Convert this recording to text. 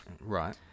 Right